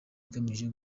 igamije